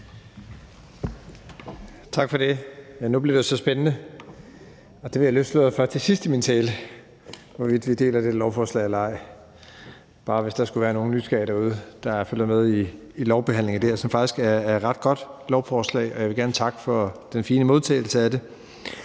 Tak for det. Ja, nu bliver det jo så spændende – og det vil jeg løfte sløret for til sidst i min tale – hvorvidt vi deler dette lovforslag eller ej. Det er bare, hvis der skulle være nogle nysgerrige derude, der følger med i behandlingen af det her lovforslag, som faktisk er et ret godt lovforslag, og jeg vil gerne takke for den fine modtagelse af det.